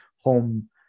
home